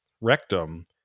rectum